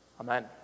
Amen